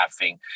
laughing